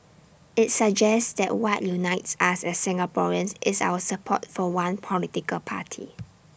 IT suggests that what unites us as Singaporeans is our support for one political party